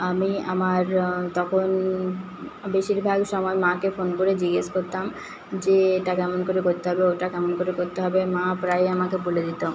আমি আমার তখন বেশিরভাগ সময়ে মাকে ফোন করে জিজ্ঞেস করতাম যে এটা কেমন করে করতে হবে ওটা কেমন করে করতে হবে মা প্রায়ই আমাকে বলে দিত